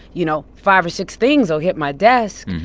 you know, five or six things will hit my desk,